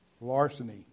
larceny